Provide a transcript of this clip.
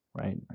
right